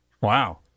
Wow